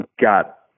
got